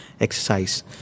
exercise